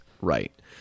right